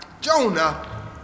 Jonah